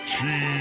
cheese